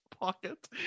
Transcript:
pocket